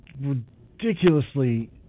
ridiculously